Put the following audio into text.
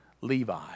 Levi